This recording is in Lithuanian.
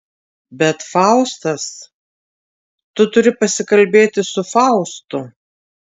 bet faustas tu turi pasikalbėti su faustu